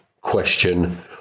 question